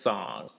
Song